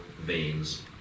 veins